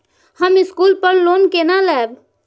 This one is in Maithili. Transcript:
हम स्कूल पर लोन केना लैब?